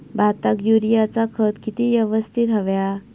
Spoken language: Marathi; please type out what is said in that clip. भाताक युरियाचा खत किती यवस्तित हव्या?